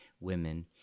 women